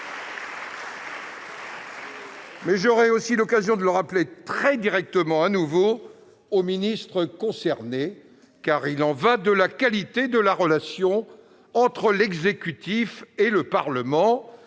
J'aurai aussi l'occasion de le rappeler directement de nouveau aux ministres concernés. Il y va de la qualité de la relation entre l'exécutif et le Parlement.